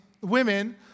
women